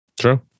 True